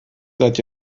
seit